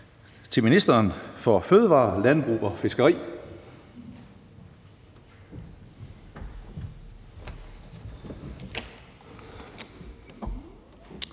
til ministeren for fødevarer, landbrug og fiskeri.